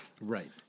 Right